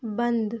बंद